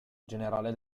generale